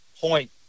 point